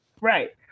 Right